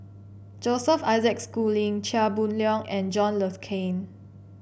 Joseph Isaac Schooling Chia Boon Leong and John Le Cain